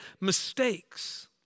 mistakes